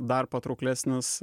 dar patrauklesnis